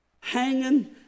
hanging